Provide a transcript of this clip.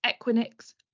Equinix